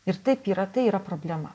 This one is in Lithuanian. ir taip yra tai yra problema